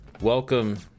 Welcome